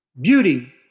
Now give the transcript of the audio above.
beauty